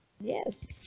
Yes